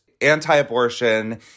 anti-abortion